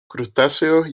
crustáceos